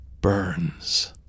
burns